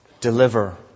deliver